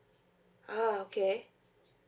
ah okay